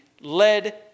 led